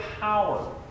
power